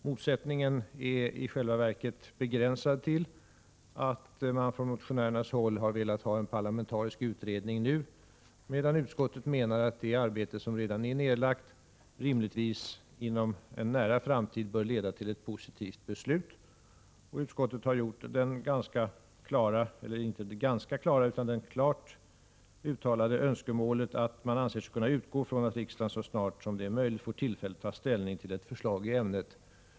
Motsättningen är i själva verket begränsad till att motionärerna velat ha en parlamentarisk utredning nu, medan utskottet menar att det arbete som redan är nedlagt rimligtvis inom en nära framtid bör leda till positivt beslut. Utskottet har klart uttalat detta önskemål och anser sig kunna utgå från att riksdagen så snart det är möjligt får tillfälle att ta ställning till ett förslag i ämnet.